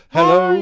Hello